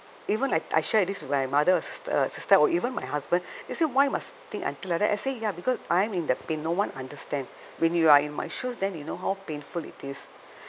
even I I shared this with my mother or sis uh sister or even my husband they say why must think until like that I say ya because I'm in the pain no one understand when you are in my shoes then you know how painful it is